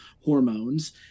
hormones